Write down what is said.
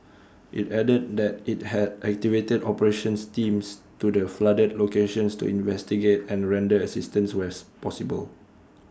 IT added that IT had activated operations teams to the flooded locations to investigate and render assistance where possible